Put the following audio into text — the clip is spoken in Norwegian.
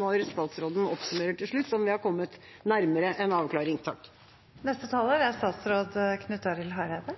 når statsråden oppsummerer til slutt, om vi har kommet nærmere en avklaring. Det er